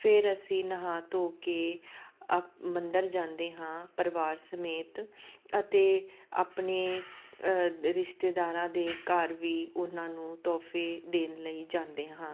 ਫਿਰ ਅਸੀਂ ਨਹਾ ਧੋ ਕੇ ਮੰਦਰ ਜਾਂਦੇ ਹਾਂ ਪਰਿਵਾਰ ਸਮੇਤ ਅਤੇ ਆਪਣੇ ਰਿਸ਼ਤੇਦਾਰਾਂ ਦੇ ਘਰ ਵੀ ਉਹਨਾਂ ਨੂੰ ਤੋਹਫੇ ਦੇਣ ਲਈ ਜਾਂਦੇ ਹਾਂ